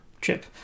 chip